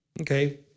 Okay